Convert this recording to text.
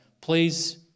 Please